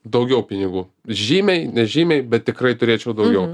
daugiau pinigų žymiai nežymiai bet tikrai turėčiau daugiau